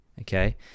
okay